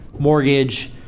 mortgage,